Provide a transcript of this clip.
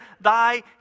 thy